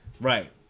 Right